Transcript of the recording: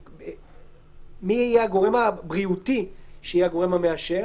מי יהיה הגורם הבריאותי שיהיה הגורם המאשר.